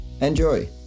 Enjoy